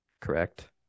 correct